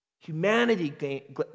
humanity